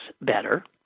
better